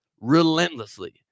relentlessly